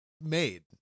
made